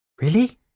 Really